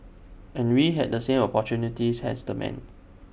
and we had the same opportunities as the men